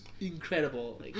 incredible